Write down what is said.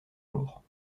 jours